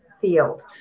field